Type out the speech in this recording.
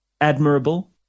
admirable